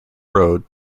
road